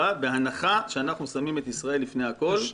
-- בהנחה שאנחנו שמים את ישראל לפני הכול.